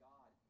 God